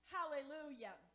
Hallelujah